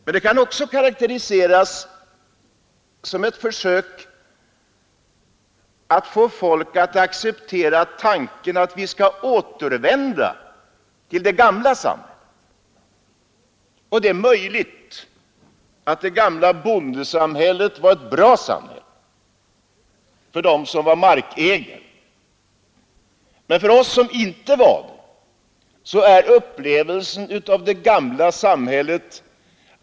men den kan också karakteriseras som ett försök att få folk att acceptera tanken att vi skall återvända till det gamla samhället. Det är möjligt att det gamla bondesamhället var ett bra samhälle — för dem som var markägare. Men de av oss som inte var det upplevde det inte så.